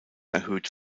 erhöht